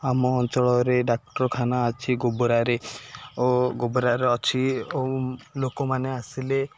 ଆମ ଅଞ୍ଚଳରେ ଡାକ୍ତରଖାନା ଅଛି ଗୋବରାରେ ଓ ଗୋବରାରେ ଅଛି ଓ ଲୋକମାନେ ଆସିଲେ